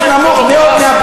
נא לסיים.